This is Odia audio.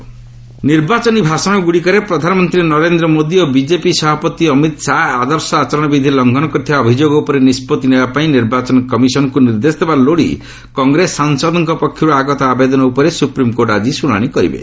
ଏସ୍ସି ମଡେଲ୍ କୋଡ୍ ନିର୍ବାଚନୀ ଭାଷଣଗୁଡ଼ିକରେ ପ୍ରଧାନମନ୍ତ୍ରୀ ନରେନ୍ଦ୍ର ମୋଦି ଓ ବିଜେପି ସଭାପତି ଅମିତ ଶାହା ଆଦର୍ଶ ଆଚରଣ ବିଧି ଲଂଘନ କରିଥିବା ଅଭିଯୋଗ ଉପରେ ନିଷ୍ପଭି ନେବା ପାଇଁ ନିର୍ବାଚନ କମିଶନକୁ ନିର୍ଦ୍ଦେଶ ଦେବା ଲୋଡ଼ି କଂଗେସ ସାଂସଦଙ୍କ ପକ୍ଷରୁ ଆଗତ ଆବେଦନ ଉପରେ ସ୍ତପ୍ରିମକୋର୍ଟ ଆଜି ଶ୍ରୁଣାଣି କରିବେ